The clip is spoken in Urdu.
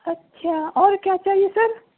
اچھا اور کیا چاہیے سر